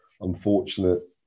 unfortunate